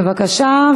בבקשה,